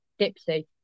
Dipsy